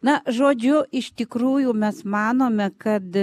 na žodžiu iš tikrųjų mes manome kad